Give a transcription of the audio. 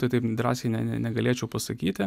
tai taip drąsiai ne negalėčiau pasakyti